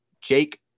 Jake